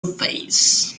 face